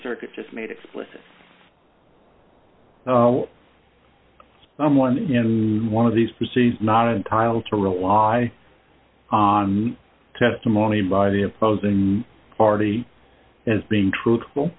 circuit just made explicit someone in one of these proceedings not entitled to rely on testimony by the opposing party as being truthful